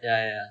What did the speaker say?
yeah yeah